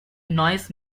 noise